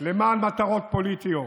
למען מטרות פוליטיות.